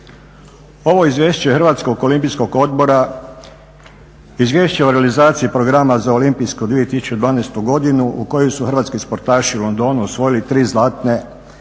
Ovo izvješće Hrvatskog olimpijskog odbora, izvješće o realizaciji programa za olimpijsku 2012. godinu u kojoj su hrvatski sportaši u Londonu osvojili 3 zlatne, 1 srebrnu